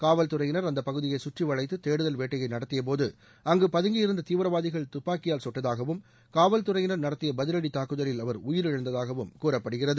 காவல்துறையினர் அந்த பகுதியைச் சுற்றி வளைத்து தேடுதல் வேட்டையை நடத்தியபோது அங்கு பதங்கி இருந்த தீவிரவாதிகள் துப்பாக்கியால் குட்டதாகவும் காவல்துறையினர் நடத்திய பதிவடி தாக்குதலில் அவர் உயிரிழந்ததாகவும் கூறப்படுகிறது